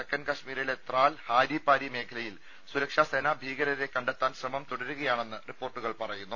തെക്കൻകശ്മീരിലെ ത്രാൽ ഹാരി പാരി മേഖലയിൽ സുരക്ഷാസേന ഭീകരരെ കണ്ടെത്താൻ ശ്രമം തുടരുകയാണെന്ന് റിപ്പോർട്ടുകൾ പറയുന്നു